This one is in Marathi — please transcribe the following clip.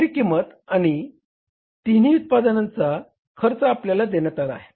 विक्री किंमत आणि तिन्ही उत्पादनांचा खर्च आपल्याला देण्यात आला आहे